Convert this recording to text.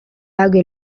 lago